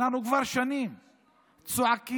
אנחנו כבר שנים צועקים,